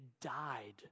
died